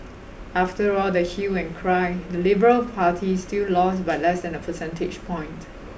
after all the hue and cry the liberal party still lost by less than a percentage point